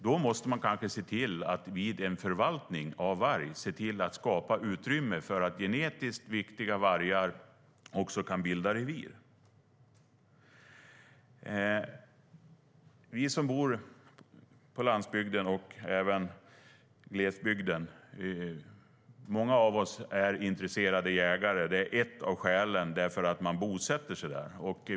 Då måste man kanske vid förvaltning av varg se till att skapa utrymme för att genetiskt viktiga vargar också kan bilda revir. Många av oss som bor på landsbygden och i glesbygden är intresserade jägare. Det är ett av skälen till att man bosätter sig där.